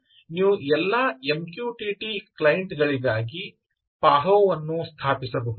ಆದ್ದರಿಂದ ನೀವು ಎಲ್ಲಾ MQTT ಕ್ಲೈಂಟ್ ಗಳಿಗಾಗಿ ಪಾಹೋ ವನ್ನು ಸ್ಥಾಪಿಸಬಹುದು